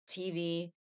TV